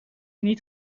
niet